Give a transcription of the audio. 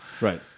Right